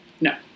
No